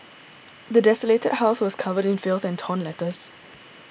the desolated house was covered in filth and torn letters